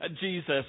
Jesus